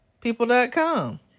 People.com